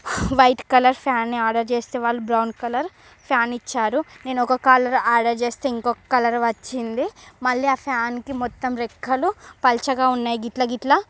white colour ఫ్యాన్ని order చేస్తే వాళ్ళు బ్రౌన్ కలర్ ఫ్యాన్ ఇచ్చారు నేను ఒక కలర్ ఆర్డర్ చేస్తే ఇంకొక కలర్ వచ్చింది మళ్ళీ ఆ ఫ్యాన్కి మొత్తం రెక్కలు పల్చగా ఉన్నాయి గిట్ల గిట్ల